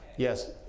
Yes